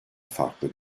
farklı